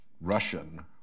Russian